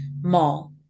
mall